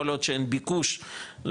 כל עוד שאין ביקוש למיוחד,